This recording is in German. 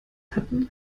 hatten